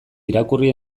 irakurri